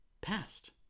past